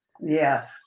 yes